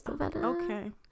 Okay